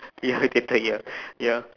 ya you get tired ya